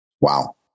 Wow